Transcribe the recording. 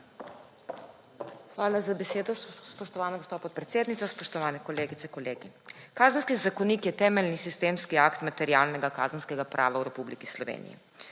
Hvala za besedo, spoštovana gospa podpredsednica. Spoštovane kolegice, kolegi! Kazenski zakonik je temeljni sistemski akt materialnega kazenskega prava v Republiki Sloveniji.